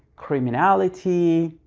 criminality.